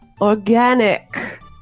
organic